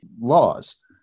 laws